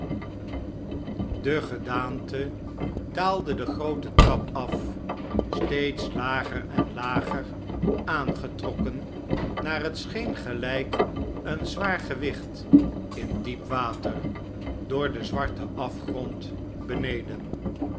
de gedaante daalde de groote trap af steeds lager en lager aangetrokken naar het scheen gelijk een zwaar gewicht in diep water door den zwarten afgrond beneden